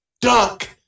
duck